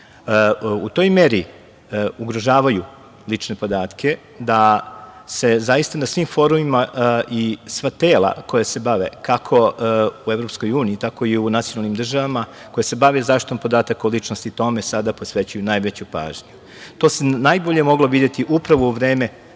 u toj meri ugrožavaju lične podatke da se zaista na svim forumima i sva tela koja se bave, kako u Evropskoj uniji tako i u nacionalnim državama, koje se bave zaštitom podataka o ličnosti tome sada posvećuju najveću pažnju. To se najbolje moglo videti upravo u vreme